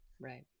Right